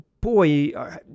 boy